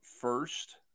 first